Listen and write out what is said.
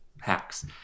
hacks